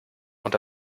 und